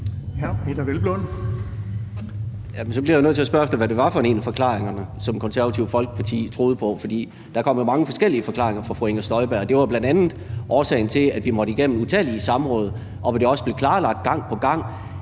Peder Hvelplund (EL): Jamen så bliver jeg nødt til at spørge, hvad det var for en af forklaringerne, som Det Konservative Folkeparti troede på. For der kom jo mange forskellige forklaringer fra fru Inger Støjberg, og det var bl.a. det, der var årsagen til, at vi måtte igennem utallige samråd, og hvor det også blev klarlagt gang på gang,